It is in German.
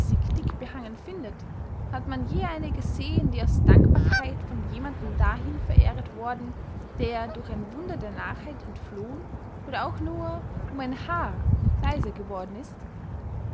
behangen findet hat man je eine gesehen die aus dankbarkeit von jemanden dahin verehret worden der durch ein wunder der narrheit entflohen oder auch nur um ein haar weiser geworden ist